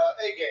A-game